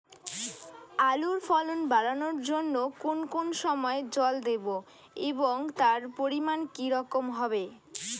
আলুর ফলন বাড়ানোর জন্য কোন কোন সময় জল দেব এবং তার পরিমান কি রকম হবে?